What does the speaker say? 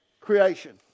creation